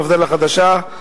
מפד"ל החדשה: